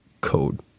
Code